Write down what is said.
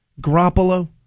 Garoppolo